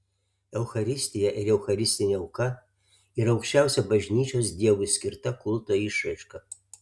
eucharistija ir eucharistinė auka yra aukščiausia bažnyčios dievui skirta kulto išraiška